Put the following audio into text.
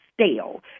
stale